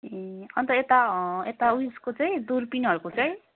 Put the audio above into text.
ए अन्त यता यता ऊ यसको चाहिँ दुर्पिनहरूको चाहिँ